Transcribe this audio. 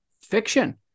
fiction